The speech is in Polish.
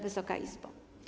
Wysoka Izbo!